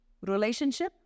Relationship